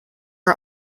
are